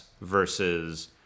versus